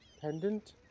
pendant